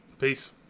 Peace